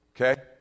okay